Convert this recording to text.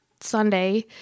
Sunday